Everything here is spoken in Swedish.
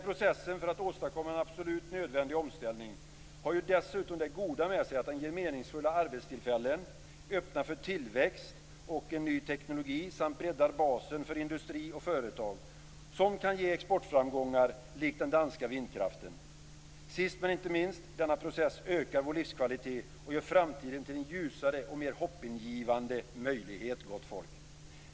Processen för att åstadkomma en absolut nödvändig omställning har dessutom det goda med sig att den ger meningsfulla arbetstillfällen, öppnar för tillväxt och en ny teknologi samt att den breddar för basen för industri och företag som kan ge exportframgångar likt den danska vindkraften. Sist, men inte minst ökar denna process vår livskvalitet och gör framtiden till en ljusare och mer hoppingivande möjlighet, gott folk.